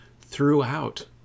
throughout